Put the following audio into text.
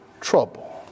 trouble